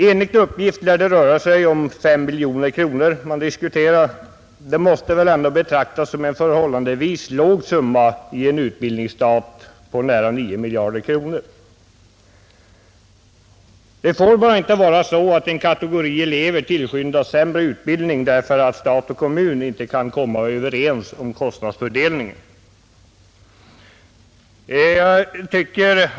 Enligt uppgift rör sig diskussionen om 5 miljoner kronor. Detta måste ändå betraktas som en förhållandevis liten summa i en utbildningsstat på nära 9 miljarder kronor. Det får bara inte vara så att en kategori elever ges en sämre utbildning därför att stat och kommun inte kan komma överens om kostnadsfördelningen.